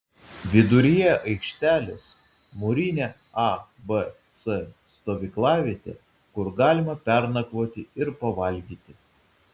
viduryje aikštelės mūrinė abc stovyklavietė kur galima pernakvoti ir pavalgyti